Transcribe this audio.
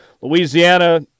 Louisiana